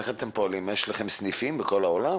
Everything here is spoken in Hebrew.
איך אתם פועלים, יש לכם סניפים בכל העולם?